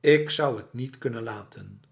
ik zou het niet kunnen laten